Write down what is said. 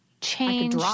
change